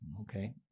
okay